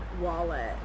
wallet